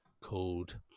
called